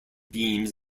beams